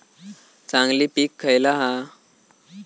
चांगली पीक खयला हा?